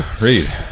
Read